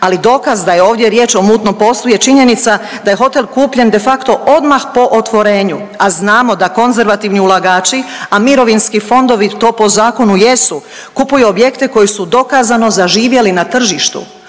Ali dokaz da je ovdje riječ o mutnom poslu je činjenica da je hotel kupljen de facto odmah po otvorenju, a znamo da konzervativni ulagači, a mirovinski fondovi to po zakonu jesu kupuju objekte koji su dokazano zaživjeli na tržištu.